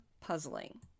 puzzling